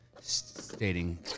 stating